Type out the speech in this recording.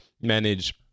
manage